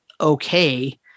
okay